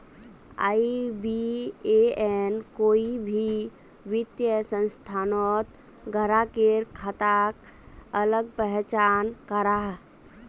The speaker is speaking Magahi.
आई.बी.ए.एन कोई भी वित्तिय संस्थानोत ग्राह्केर खाताक अलग पहचान कराहा